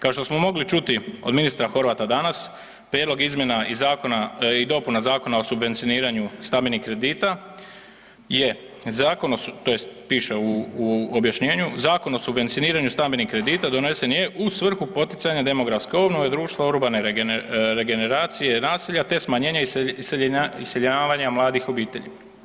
Kao što smo mogli čuti od ministra Horvata danas, prijedlog izmjena i zakona i dopuna Zakona o subvencioniranju stambenih kredita je zakon, tj. piše u objašnjenju, Zakon o subvencioniranju stambenih kredita donesen je u svrhu poticanja demografske obnove društva, urbane regeneracije naselja te smanjenje iseljavanja mladih obitelji.